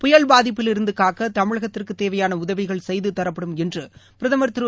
புயல் பாதிப்பில் இருந்து காக்க தமிழகத்திற்கு தேவையான உதவிகள் செய்து தரப்படும் என்று பிரதமர் திரு